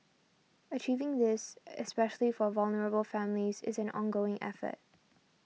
achieving this especially for vulnerable families is an ongoing effort